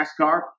NASCAR